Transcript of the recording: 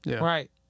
Right